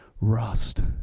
rust